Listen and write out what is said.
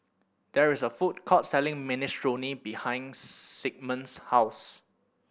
there is a food court selling Minestrone behind Sigmund's house